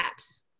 apps